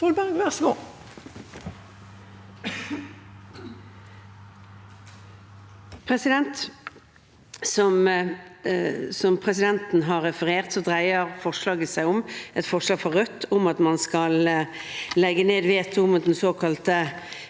for saken): Som presidenten har referert, dreier saken seg om et forslag fra Rødt om at man skal legge ned veto mot den såkalte